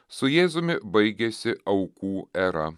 su jėzumi baigiasi aukų era